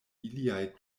iliaj